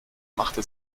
machte